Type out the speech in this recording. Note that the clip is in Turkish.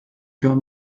yön